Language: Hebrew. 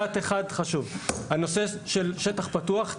יש לי משפט אחד חשוב: בנושא של שטח פתוח,